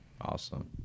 Awesome